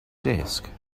desk